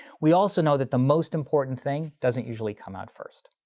we also know that the most important thing doesn't usually come out first.